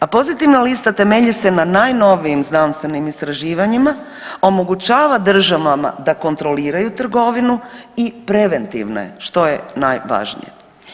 A pozitivna lista temelji se na najnovijim znanstvenim istraživanjima, omogućava državama da kontroliraju trgovinu i preventivne, što je najvažnije.